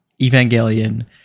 Evangelion